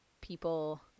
people –